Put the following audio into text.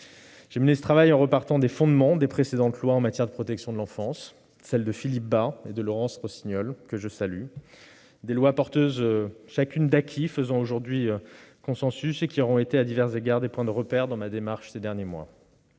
J'ai mené ce travail en repartant des fondements des précédentes lois relatives à la protection de l'enfance, celles de Philippe Bas et de Laurence Rossignol, que je salue. Les acquis de ces lois font aujourd'hui consensus ; ils auront été, à divers égards, des points de repère dans ma démarche de ces derniers mois.